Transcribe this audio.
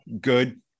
good